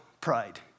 pride